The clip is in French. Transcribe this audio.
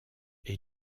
est